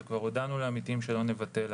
וכבר הודענו לעמיתים שלא נבטל,